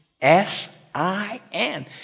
S-I-N